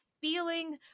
feeling